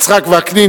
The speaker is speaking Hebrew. יצחק וקנין,